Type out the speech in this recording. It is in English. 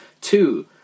Two